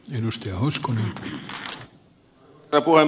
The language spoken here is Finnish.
arvoisa herra puhemies